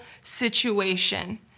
situation